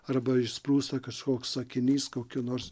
arba išsprūsta kažkoks sakinys kokiu nors